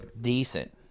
decent